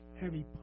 heavy